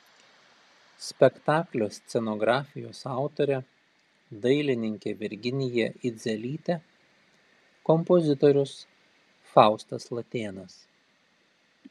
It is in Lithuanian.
spektaklio scenografijos autorė dailininkė virginija idzelytė kompozitorius faustas latėnas